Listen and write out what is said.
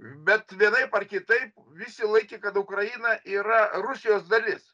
bet vienaip ar kitaip visi laikė kad ukraina yra rusijos dalis